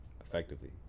effectively